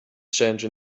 change